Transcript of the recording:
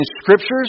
scriptures